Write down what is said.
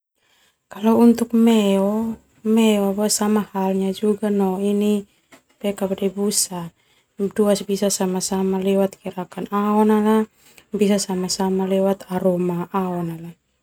Kalau unruk meo, meo sama halnya no ini busa bisa sama-sama lewat gerakan aona boma bisa sama-sama lewat aroma aona.